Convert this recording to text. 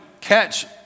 catch